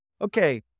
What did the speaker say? Okay